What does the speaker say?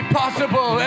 possible